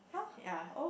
ya